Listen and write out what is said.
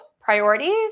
priorities